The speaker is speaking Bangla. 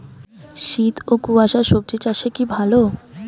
শীত ও কুয়াশা স্বজি চাষে কি ভালো?